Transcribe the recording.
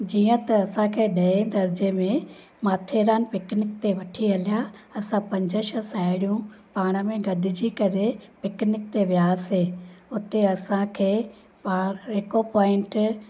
जीअं त असांखे ॾहें दर्जे में माथेरान पिकनिक ते वठी हलिया असां पंज छह साहिड़ियूं पाण में गॾिजी करे पिकनिक ते वियासीं उते असांखे पा एको पोइंट